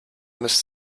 müsst